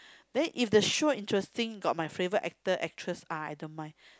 then if the show interesting got my favourite actor actress ah I don't mind